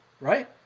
Right